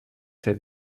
ser